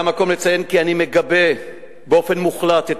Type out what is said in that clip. זה המקום לציין כי אני מגבה באופן מוחלט את